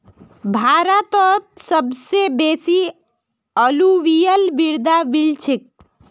भारतत सबस बेसी अलूवियल मृदा मिल छेक